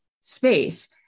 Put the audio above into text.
space